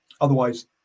Otherwise